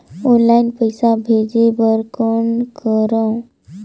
Online पईसा भेजे बर कौन करव?